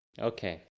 Okay